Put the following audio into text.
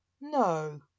No